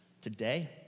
today